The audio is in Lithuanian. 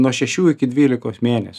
nuo šešių iki dvylikos mėnesių